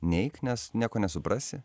neik nes nieko nesuprasi